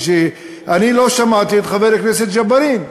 אני לא שמעתי את חבר הכנסת ג'בארין,